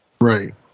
right